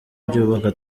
byubaka